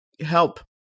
help